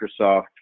Microsoft